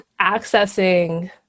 accessing